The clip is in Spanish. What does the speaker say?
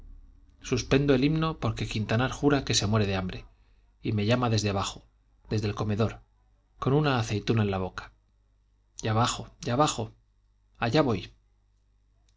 suspendo el himno porque quintanar jura que se muere de hambre y me llama desde abajo desde el comedor con una aceituna en la boca ya bajo ya bajo allá voy